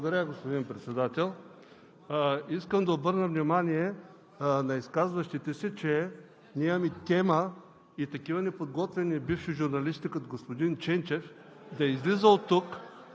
Благодаря, господин Председател. Искам да обърна внимание на изказващите се, че ние имаме тема и такива неподготвени бивши журналисти като господин Ченчев – да излиза и да